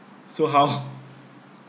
so how